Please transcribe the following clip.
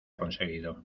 conseguido